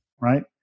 right